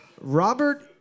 Robert